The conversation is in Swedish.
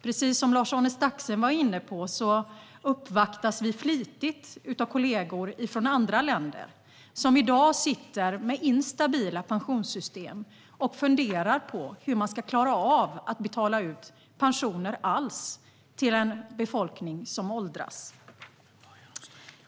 Precis som Lars-Arne Staxäng var inne på uppvaktas vi flitigt av kollegor från andra länder som i dag sitter med instabila pensionssystem och funderar på hur man ska klara av att betala ut några pensioner alls till en befolkning som åldras.